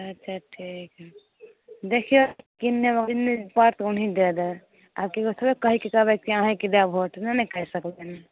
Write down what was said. अच्छा ठीक है देखिऔ उनहीके दे देब आ केकरो थोड़े कहिके कहबै अहिँके देब भोट नहि ने कहि सकबै ने